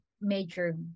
major